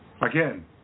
Again